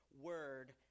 word